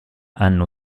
hanno